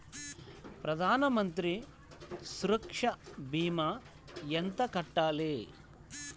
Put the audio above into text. ప్రధాన మంత్రి సురక్ష భీమా ఎంత కట్టాలి?